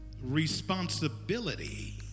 responsibility